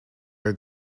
are